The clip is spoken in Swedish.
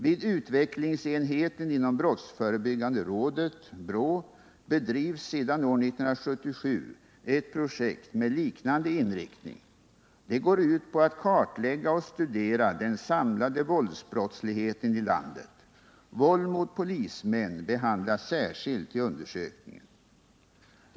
Vid utvecklingsenheten inom brottsförebyggande rådet bedrivs sedan år 1977 ett projekt med liknande inriktning. Det går ut på att kartlägga och studera den samlade våldsbrottsligheten i landet. Våld mot polismän behandlas särskilt i undersökningen.